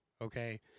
Okay